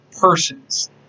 persons